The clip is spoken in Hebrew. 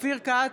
אופיר כץ,